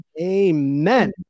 Amen